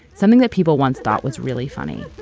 something that people once thought was really funny.